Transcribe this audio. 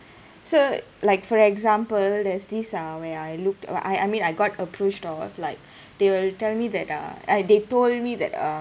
so like for example there's this uh where I looked uh I I mean I got approached of like they will tell me that uh I they told me that uh